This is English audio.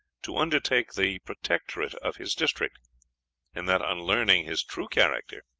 to undertake the protectorate of his district and that, on learning his true character,